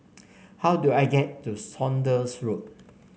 how do I get to Saunders Road